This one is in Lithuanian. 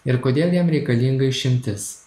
ir kodėl jam reikalinga išimtis